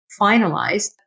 finalized